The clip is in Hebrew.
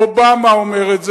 אובמה אומר את זה,